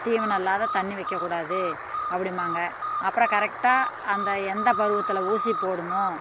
தீவனம் இல்லாத தண்ணி வைக்கக்கூடாது அப்படிம்பாங்க அப்புறோம் கரெக்டாக அந்த எந்த பருவத்தில் ஊசி போடணும்